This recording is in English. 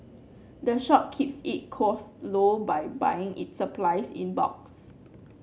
the shop keeps its cost low by buying its supplies in bulks